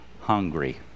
hungry